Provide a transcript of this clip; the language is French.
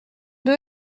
deux